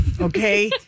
okay